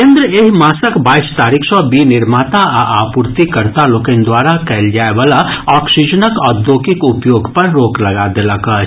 केन्द्र एहि मासक बाईस तारीख सँ विनिर्माता आ आपूर्तिकर्ता लोकनि द्वारा कयल जाय वला ऑक्सीजनक औद्योगिक उपयोग पर रोक लगा देलक अछि